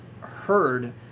heard